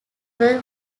were